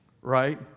right